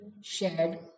shared